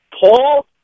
Paul